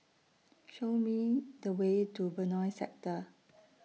Show Me The Way to Benoi Sector